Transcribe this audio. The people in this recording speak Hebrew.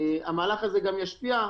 המהלך הזה גם ישפיע,